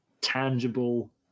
tangible